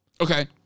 Okay